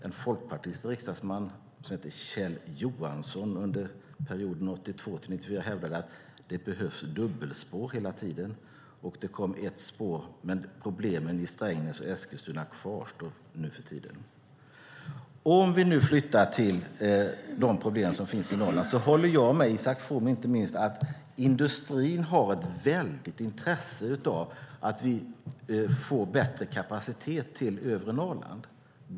En folkpartistisk ledamot som hette Kjell Johansson hävdade under hela perioden 82-94 att det behövdes dubbelspår på Sörmlandsbanan. Det kom ett spår, men problemen i Strängnäs och Eskilstuna kvarstår än i dag. Om vi nu flyttar till de problem som finns i Norrland: Jag håller med Isak From om inte minst att industrin har ett stort intresse av att vi får bättre kapacitet till övre Norrland.